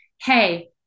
hey